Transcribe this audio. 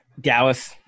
Dallas